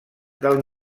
del